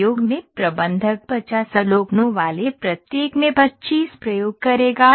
प्रयोग में प्रबंधक 50 अवलोकनों वाले प्रत्येक में 25 प्रयोग करेगा